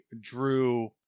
drew